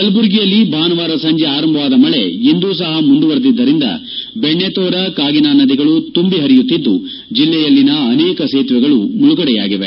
ಕಲಬುರಗಿಯಲ್ಲಿ ಭಾನುವಾರ ಸಂಜೆ ಆರಂಭವಾದ ಮಳೆ ಇಂದು ಸಪ ಮುಂದುವರೆದಿದ್ದರಿಂದ ಬೆಣ್ಣತೊರಾ ಕಾಗಿನಾ ನದಿಗಳು ತುಂಬಿ ಪರಿಯುತ್ತಿದ್ದು ಲ್ಲೆಯಲ್ಲಿನ ಅನೇಕ ಸೇತುವೆಗಳು ಮುಳುಗಡೆಯಾಗಿವೆ